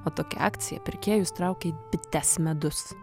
o tokia akcija pirkėjus traukė it bites medus